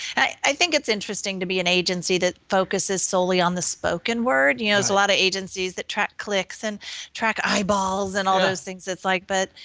i think it's interesting to be in agency that focuses solely on the spoken word. yeah there's a lot of agency that track, clicks and track eyeballs, and all this things that's like but